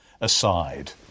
aside